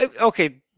okay